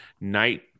night